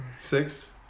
Six